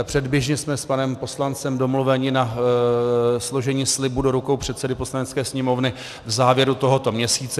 Předběžně jsme s panem poslancem domluveni na složení slibu do rukou předsedy Poslanecké sněmovny v závěru tohoto měsíce.